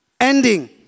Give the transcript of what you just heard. ending